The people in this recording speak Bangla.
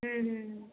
হুম হুম